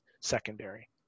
secondary